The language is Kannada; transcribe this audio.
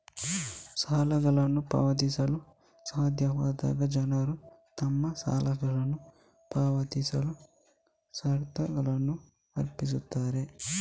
ಸಾಲಗಳನ್ನು ಪಾವತಿಸಲು ಸಾಧ್ಯವಾಗದ ಜನರು ತಮ್ಮ ಸಾಲಗಳನ್ನ ಪಾವತಿಸಲು ಸ್ವತ್ತುಗಳನ್ನ ಅರ್ಪಿಸುತ್ತಾರೆ